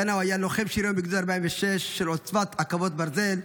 קנאו היה לוחם שריון בגדוד 46 של עוצבת עקבות הברזל,